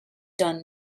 done